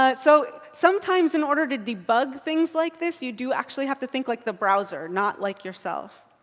ah so sometimes in order to debug things like this, you do actually have to think like the browser. not like yourself.